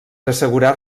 assegurar